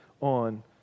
on